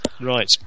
Right